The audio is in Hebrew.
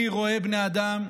אני רואה בני אדם,